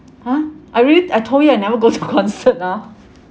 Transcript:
!huh! I really I told you I never go to concert ah